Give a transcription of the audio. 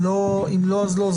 אם לא, אז לא.